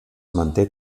manté